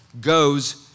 goes